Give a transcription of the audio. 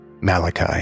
Malachi